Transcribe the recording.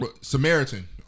Samaritan